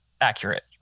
accurate